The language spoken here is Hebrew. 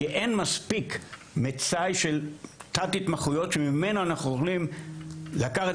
כי אין מספיק מצאי של תת התמחויות שממנה אנחנו יכולים לקחת